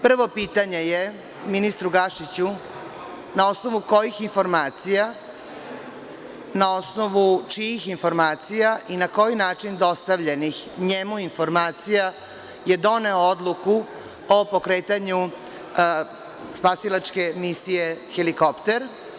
Prvo pitanje je ministru Gašiću – na osnovu kojih informacija, na osnovu čijih informacija i na koji način dostavljenih njemu informacija je doneo odluku o pokretanju spasilačke misije helikopter?